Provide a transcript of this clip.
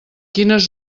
quines